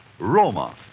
Roma